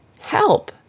Help